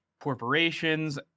corporations